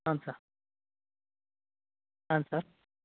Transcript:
ಹಾಂ ಸರ್ ಹಾಂ ಸರ್